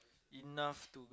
enough to